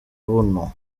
buno